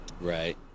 right